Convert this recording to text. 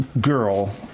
girl